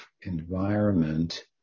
environment